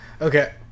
Okay